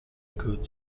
could